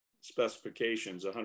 specifications